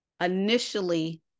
initially